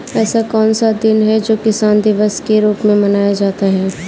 ऐसा कौन सा दिन है जो किसान दिवस के रूप में मनाया जाता है?